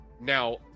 Now